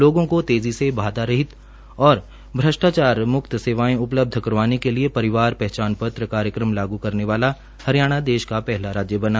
लोगों को तेजी से बाधारहित और भ्रष्टाचारम्क्त सेवाएं उपलब्ध करवाने के लिए परिवार पहचान पत्र कार्यक्रम लागू करने वाला हरियाणा देश का पहला राज्य बना